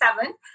seven